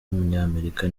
w’umunyamerika